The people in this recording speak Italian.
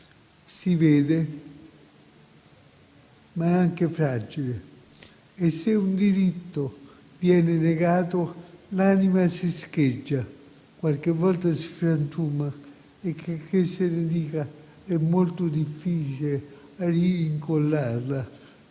si vede ma è anche fragile, e se un diritto viene negato l'anima si scheggia, qualche volta si frantuma e checché se ne dica è molto difficile rincollarla.